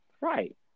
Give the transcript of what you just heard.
Right